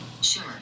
Sure